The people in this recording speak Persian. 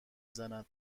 زند